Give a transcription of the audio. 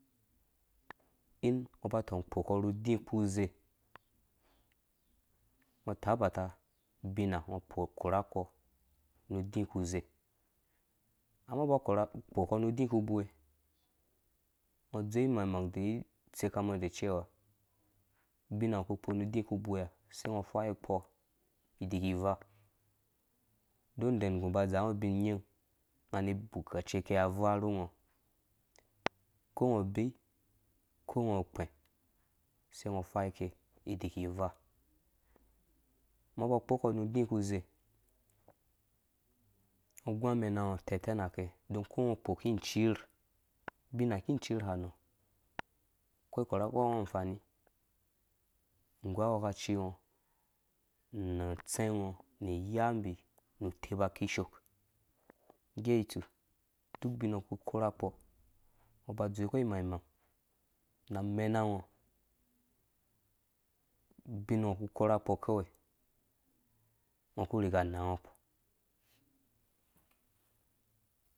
Ing ungo uba ukpo ukpɔ nu udĩ uku zere ungo utabata ubina ungo ukpo ukurhak pɔ nu udĩ uku zee amma ungo uba ukpo ukpɔ nu udĩ uku bewe udzowe imang-mang udeyiwe itsikam ngo decewa, ubina ungo uku ukpo nu udi uku bewe ha, sai ungo ufai ukpɔ idiki ivaa duk undenggũ aba adzaa ngoubina nying, unga ani bukaceke avaa nu ungo ukongo ubei uko ungo ukpɛ̃ usei ungo ufaiake iiki ivaa ubɔ ngo uba ukpokpɔ nu udĩ uku zee, ngo ugũ amɛnango atɛtɛ nake don uko ungo ukpo iki injiir ubin hã uku unjiir hanɔ ukpɔ ikurhu kpɔ ungo anfani nggu awaka cingo nu utsɛ̃ngo nu iyambi nu utepa ikishok ngge itsu uk ubin ngo uku kurhakpɔ, ungo uba udzeekɔ imang-mang na amɛna ngo, ubin ngo uku kurhakpɔ, kawai uku rigaya unango ukpɔ jn.